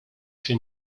się